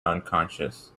unconscious